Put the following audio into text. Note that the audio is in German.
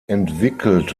entwickelt